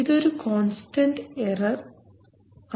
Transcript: ഇതൊരു constant error ആണ്